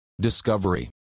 Discovery